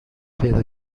پیدا